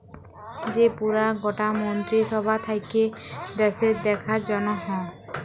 যে পুরা গটা মন্ত্রী সভা থাক্যে দ্যাশের দেখার জনহ